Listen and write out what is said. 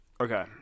Okay